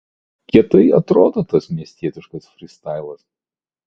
kietai atrodo toks miestietiškas frystailas